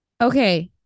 Okay